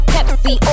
Pepsi